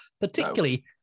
particularly